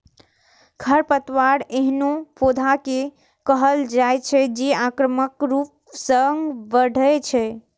खरपतवार एहनो पौधा कें कहल जाइ छै, जे आक्रामक रूप सं बढ़ै छै